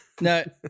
no